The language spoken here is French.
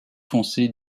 foncé